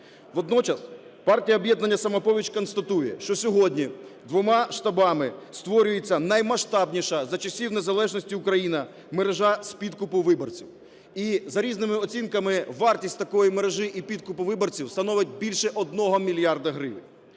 Водночас партія "Об'єднання "Самопоміч" констатує, що сьогодні двома штабами створюєтьсянаймасштабніша за часів незалежності України мережа з підкупу виборців, і, за різними оцінками, вартість такої мережі із підкупу виборців становить більше одного мільярда гривень.